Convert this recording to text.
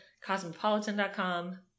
Cosmopolitan.com